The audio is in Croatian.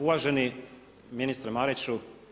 Uvaženi ministre Mariću.